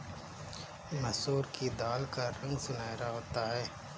मसूर की दाल का रंग सुनहरा होता है